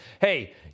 Hey